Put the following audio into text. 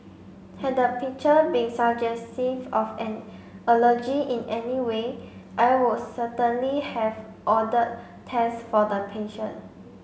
had the picture been suggestive of an allergy in any way I would certainly have ordered test for the patient